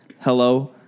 Hello